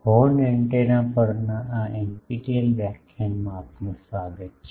horn antenna પરના આ NPTEL વ્યાખ્યાનમાં આપનું સ્વાગત છે